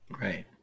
right